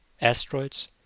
asteroids